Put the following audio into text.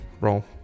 roll